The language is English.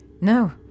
No